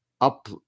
up